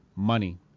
Money